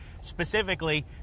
specifically